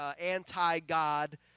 anti-God